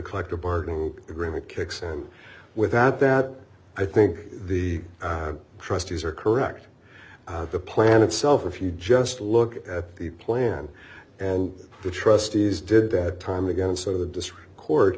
collective bargaining agreement kicks and without that i think the trustees are correct the plan itself if you just look at the plan and the trustees did that time again so the district